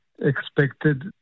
expected